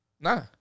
Nah